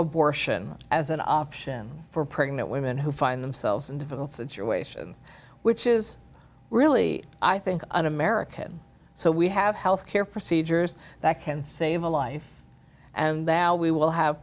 abortion as an option for pregnant women who find themselves in difficult situations which is really i think un american so we have health care procedures that can save a life and that we will have